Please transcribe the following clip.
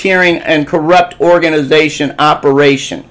eering and corrupt organization operation